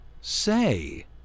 Say